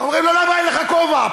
אומרים לו: למה איך לך כובע?